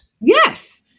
Yes